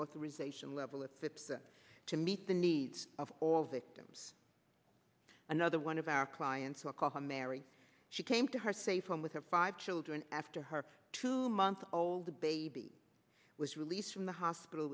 authorization level if it's to meet the needs of all victims another one of our clients will call her mary she came to her safe home with her five children after her two month old baby was released from the hospital